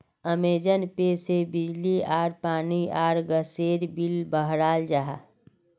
Amazon pay से बिजली आर पानी आर गसेर बिल बहराल जाहा